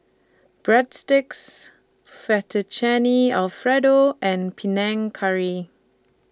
Breadsticks Fettuccine Alfredo and Panang Curry